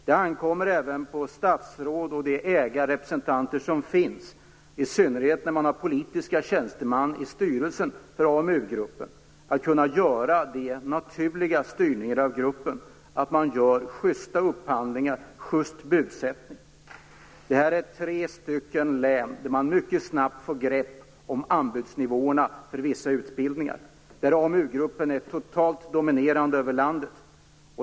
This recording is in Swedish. Det ankommer även på statsråd och de ägarrepresentanter som finns - i synnerhet när man har politiska tjänstemän i styrelsen för AMU-gruppen - att utöva en naturlig styrning och se till att man gör schysta upphandlingar och har en schyst budsättning. I de tre nämnda länen får man mycket snabbt grepp om anbudsnivåerna för vissa utbildningar, där AMU-gruppen är totalt dominerande över landet.